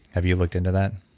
have you looked into that?